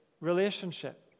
relationship